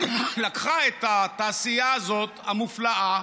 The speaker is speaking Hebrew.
לקחה את התעשייה הזאת, המופלאה,